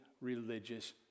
religious